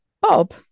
Bob